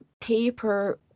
paper